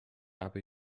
aby